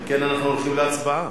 על כן אנחנו הולכים להצבעה.